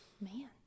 Man